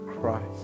Christ